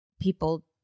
people